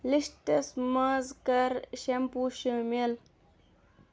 lists منٛز کر shampoo شٲمل